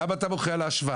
למה אתה מוחה על ההשוואה?